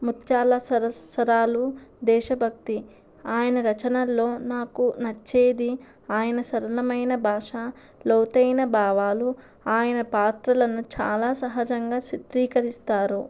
ముత్యాల సరసరాలు దేశభక్తి ఆయన రచనల్లో నాకు నచ్చేది ఆయన సరళమైన భాష లోతైన భావాలు ఆయన పాత్రలను చాలా సహజంగా చిత్రీకరిస్తారు